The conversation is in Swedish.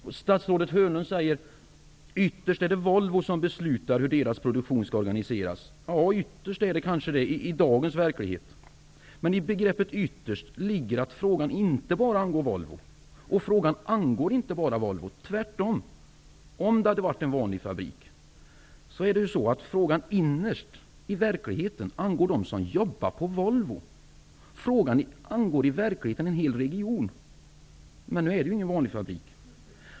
Statsrådet Hörnlund säger att ytterst är det Volvo som beslutar hur deras produktion skall organiseras. Ytterst är det kanske det i dagens verklighet. Men i begreppet ytterst ligger att frågan inte bara angår Volvo, och frågan angår inte bara Volvo, tvärtom. Om det hade varit en vanlig fabrik hade frågan innerst, i verkligheten, angått dem som jobbar där. Frågan angår i verkligheten en hel region. Men nu är det ju ingen vanlig fabrik.